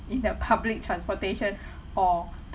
in the public transportation or